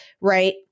right